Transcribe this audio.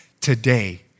Today